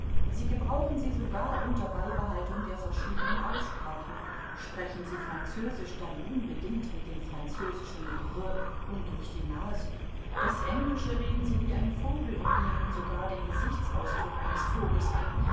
sie gebrauchen sie sogar unter beibehaltung der verschiedenen aussprachen sprechen sie französisch dann unbedingt mit dem französischen r und durch die nase das englische reden sie wie ein vogel und nehmen dabei sogar den gesichtsausdruck eines vogels an